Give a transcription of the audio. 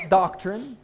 doctrine